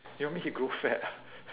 you want me to grow fat ah